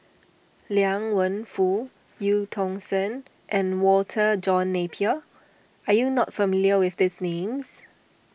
Liang Wenfu Eu Tong Sen and Walter John Napier are you not familiar with these names